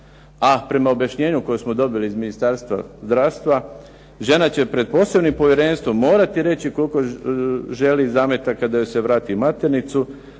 A prema objašnjenu koje smo dobili iz Ministarstva zdravstva, žena će pred posebnim povjerenstvom morati reći koliko želi zametaka da joj se vrati u maternicu.